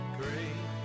great